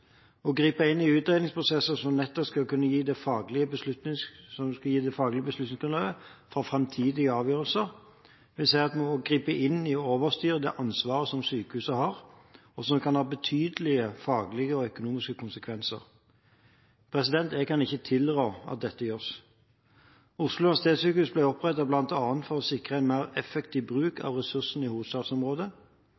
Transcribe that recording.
Å gripe inn i utredningsprosesser som nettopp skal kunne gi det faglige beslutningsgrunnlaget for framtidige avgjørelser, vil si at vi også griper inn og overstyrer det ansvaret som sykehuset har, og som kan ha betydelige faglige og økonomiske konsekvenser. Jeg kan ikke tilrå at dette gjøres. Oslo universitetssykehus ble opprettet bl.a. for å sikre en mer effektiv bruk av ressursene i